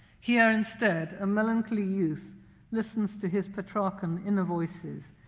here instead a melancholy youth listens to his petrarchan inner voices,